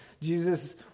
Jesus